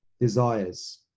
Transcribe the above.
desires